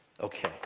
Okay